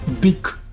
big